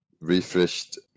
refreshed